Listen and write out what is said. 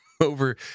over